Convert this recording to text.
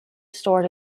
store